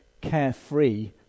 carefree